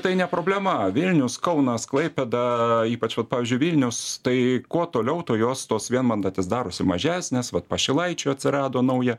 tai ne problema vilnius kaunas klaipėda ypač vat pavyzdžiui vilnius tai kuo toliau tuo jos tos vienmandatės darosi mažesnės vat pašilaičių atsirado nauja